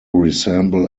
resemble